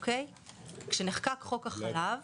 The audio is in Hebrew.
תכנון משק החלב